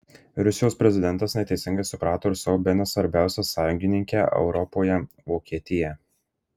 rusijos prezidentas neteisingai suprato ir savo bene svarbiausią sąjungininkę europoje vokietiją